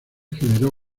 generó